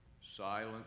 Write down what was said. Silent